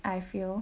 I feel